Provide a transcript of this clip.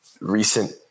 recent